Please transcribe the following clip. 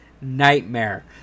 nightmare